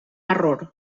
error